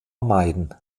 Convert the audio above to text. meiden